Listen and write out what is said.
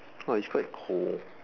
oh it's quite cold